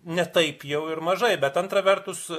ne taip jau ir mažai bet antra vertus